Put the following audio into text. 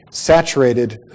Saturated